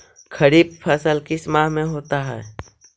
खरिफ फसल किस माह में होता है?